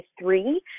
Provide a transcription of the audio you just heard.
three